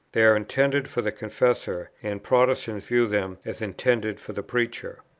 they are intended for the confessor, and protestants view them as intended for the preacher.